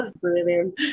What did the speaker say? brilliant